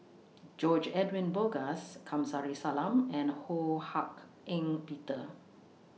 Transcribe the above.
George Edwin Bogaars Kamsari Salam and Ho Hak Ean Peter